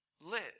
live